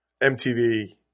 MTV